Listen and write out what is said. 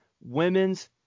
women's